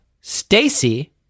Stacy